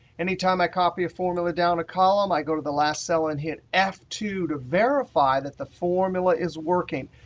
anytime i copy a formula down a column, i go to the last cell and hit f two to verify that the formula is working,